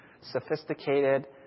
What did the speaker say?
sophisticated